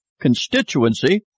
constituency